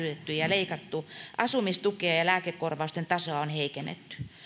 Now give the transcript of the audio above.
ja leikattu asumistukea ja lääkekorvausten tasoa on heikennetty